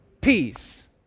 Peace